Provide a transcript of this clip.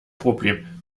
problem